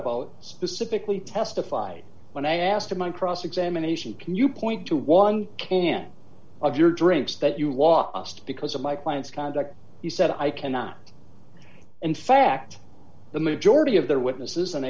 about specifically testified when i asked him on cross examination can you point to one can of your drinks that you lost because of my client's conduct you said i cannot in fact the majority of their witnesses and